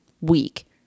week